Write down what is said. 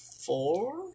Four